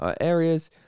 areas